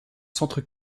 centre